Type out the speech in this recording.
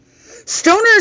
Stoners